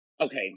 Okay